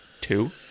two